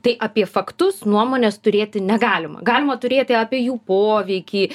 tai apie faktus nuomonės turėti negalima galima turėti apie jų poveikį